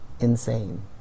insane